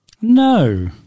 No